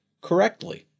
correctly